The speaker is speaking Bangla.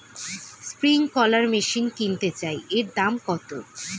স্প্রিংকলার মেশিন কিনতে চাই এর দাম কত?